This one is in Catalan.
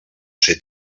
ser